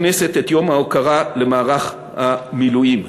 הכנסת את יום ההוקרה למערך המילואים.